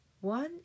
one